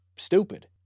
stupid